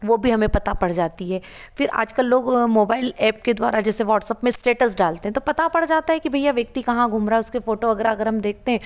वो भी हमें पता पड़ जाती है फिर आज कल लोग मोबाईल एप के द्वारा जैसे व्हाट्सअप्प में स्टैटस डालते हैं तो पता पर जाता है की भैया व्यक्ति कहाँ घूम रहा है उसके फोटो अगर अगर हम देखते हैं